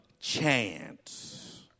chance